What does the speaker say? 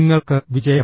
നിങ്ങൾക്ക് വിജയം